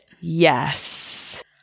yes